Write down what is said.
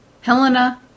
Helena